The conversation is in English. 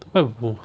where got troll